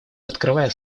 открывая